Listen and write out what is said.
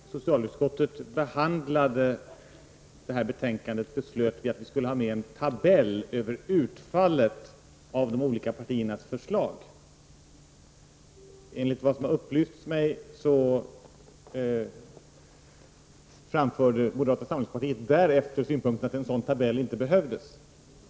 Fru talman! När socialutskottet behandlade det här betänkandet beslöt vi att vi skulle ha med en tabell över utfallet av de olika partiernas förslag. Enligt vad som har upplysts mig framförde moderata samlingspartiet därefter synpunkten att en sådan tabell inte behövdes.